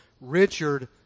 Richard